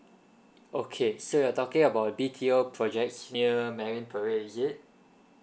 okay so you're talking about B_T_O projects near marine parade is it